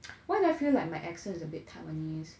why do I feel like my accent's a bit taiwanese